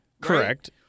Correct